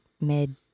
mid